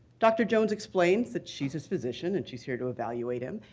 dr. jones explains that she's his physician and she's here to evaluate him,